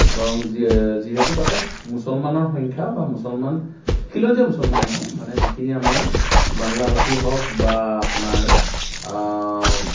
দৰং যি যিহেতু তাতে মুছলমান মুছলমানৰ সংখ্যা বা খিলঞ্জীয়া মুছলমান মানে যিখিনি আমাৰ বাংলাভাষী হওক বা আপোনাৰ